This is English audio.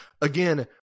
Again